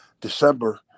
December